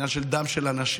זה עניין של דם של אנשים,